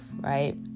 right